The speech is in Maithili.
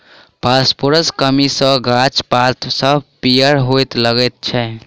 फासफोरसक कमी सॅ गाछक पात सभ पीयर हुअ लगैत छै